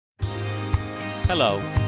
Hello